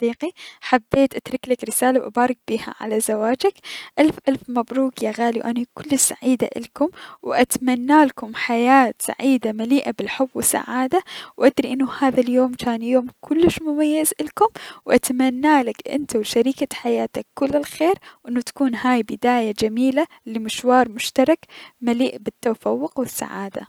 حبيت اتركلك رسالة و ابارك بيها على زواجك، الف الف مبروك يا غالي و اني كلش سعيدة الكم و اتمنالكم حياة سعيدة مليئة بالسعادة و ادري انو هذا اليوم جان يوم كلش مميز الكم و اتمنالك انت و شريكة حياتك كل الخير و انو تكون هاي بداية جميلة لمشوار مشترك مليء بالتفوق و السعادة.